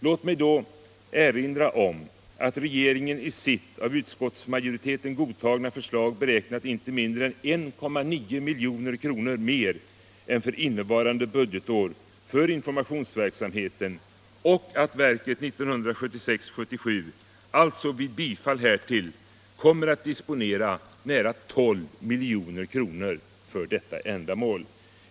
Låt mig då erinra om att regeringen i sitt av utskottsmajoriteten godtagna förslag beräknat inte mindre än 1,9 milj.kr. mer än för innevarande budgetår för informationsverksamheten och att verket 1976/77 alltså vid bifall härtill kommer att disponera nära 12 milj.kr. för detta ändamål.